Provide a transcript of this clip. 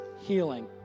healing